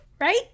Right